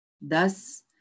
Thus